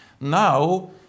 Now